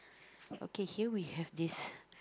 okay here we have this